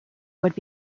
would